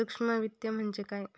सूक्ष्म वित्त म्हणजे काय?